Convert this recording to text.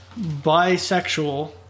bisexual